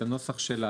את הנוסח שלה.